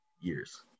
years